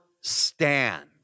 stand